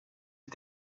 det